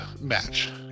match